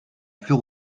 plus